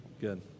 Good